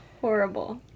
horrible